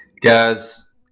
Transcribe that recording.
Guys